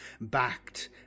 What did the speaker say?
backed